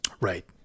Right